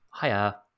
Hiya